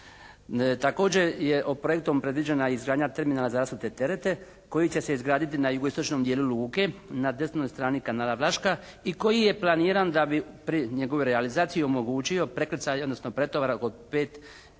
Također je projektom predviđena izgradnja terminala za rasute terete koji će se izgraditi ne jugoistočnom dijelu luke na desnoj strani kanala Vlaška i koji je planiran da bi prije njegove realizacije omogućio prekrcaj, odnosno pretovar oko 5